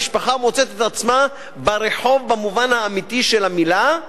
המשפחה מוצאת את עצמה ברחוב במובן האמיתי של המלה.